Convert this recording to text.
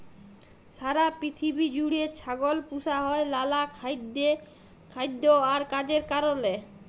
সারা পিথিবী জুইড়ে ছাগল পুসা হ্যয় লালা খাইদ্য আর কাজের কারলে